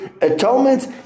atonement